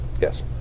Yes